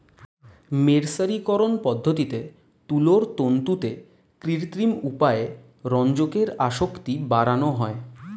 মের্সারিকরন পদ্ধতিতে তুলোর তন্তুতে কৃত্রিম উপায়ে রঞ্জকের আসক্তি বাড়ানো হয়